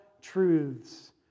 truths